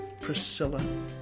Priscilla